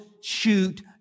shoot